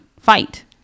fight